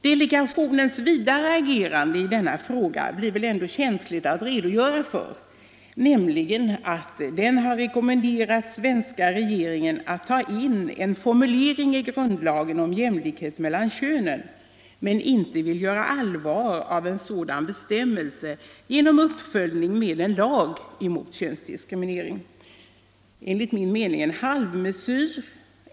Delegationens vidare agerande i denna fråga blir väl känsligt att redogöra för, nämligen att den har rekommenderat svenska regeringen att ta in en formulering i grundlagen om jämlikhet mellan könen men inte vill göra allvar av en sådan bestämmelse genom uppföljning med en lag mot könsdiskriminering. En halvmesyr!